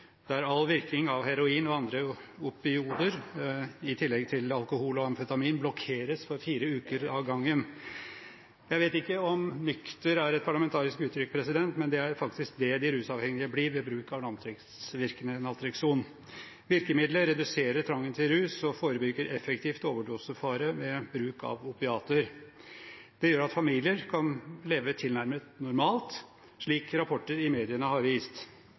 Det dreier seg om behandling der all virkning av heroin og andre opioider, i tillegg til alkohol og amfetamin, blokkeres for fire uker av gangen. Jeg vet ikke om «nykter» er et parlamentarisk uttrykk, president, men det er faktisk det de rusavhengige blir ved bruk av langtidsvirkende Naltrekson. Virkemiddelet reduserer trangen til rus og forebygger effektivt overdosefare ved bruk av opiater. Det gjør at familier kan leve tilnærmet normalt, slik rapporter i mediene har vist.